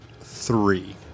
three